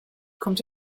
kommt